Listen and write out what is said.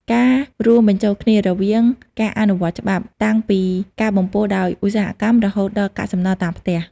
ការរួមបញ្ចូលគ្នារវាងការអនុវត្តច្បាប់ តាំងពីការបំពុលដោយឧស្សាហកម្ម រហូតដល់កាកសំណល់តាមផ្ទះ។